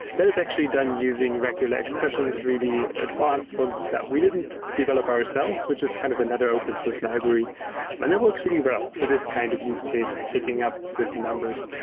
that is actually done using regular expressions really advance. once that we didn't develop ourselves, which is kind of another open source library, and that works pretty well for this kind of use case picking up certain numbers.